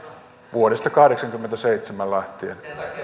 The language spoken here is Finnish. vuodesta kahdeksankymmentäseitsemän lähtien